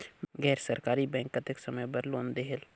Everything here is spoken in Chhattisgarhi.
गैर सरकारी बैंक कतेक समय बर लोन देहेल?